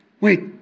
wait